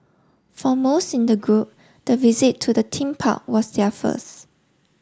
for most in the group the visit to the theme park was their first